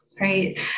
right